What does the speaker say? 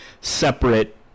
separate